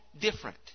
different